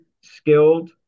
skilled